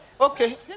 okay